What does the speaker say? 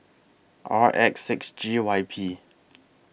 R X six G Y P